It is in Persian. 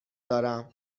دارم